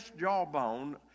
jawbone